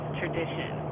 tradition